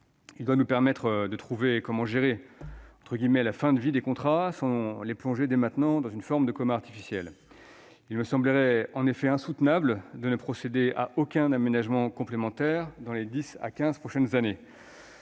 Il doit nous permettre de trouver comment gérer la « fin de vie » des contrats, sans les plonger dès maintenant dans un coma artificiel. Il me semblerait en effet insoutenable de ne procéder à aucun aménagement complémentaire dans les dix à quinze prochaines années.